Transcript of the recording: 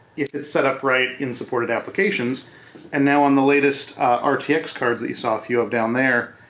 if it's set up right in supported applications and now on the latest um rtx cards that you saw a few of down there,